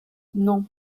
non